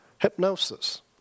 Hypnosis